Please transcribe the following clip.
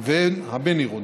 והן הבין-עירונית.